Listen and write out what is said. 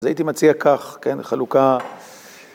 אז הייתי מציע כך, כן, חלוקה.